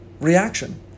reaction